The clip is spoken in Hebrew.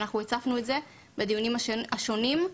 הצפנו את זה בדיונים השונים.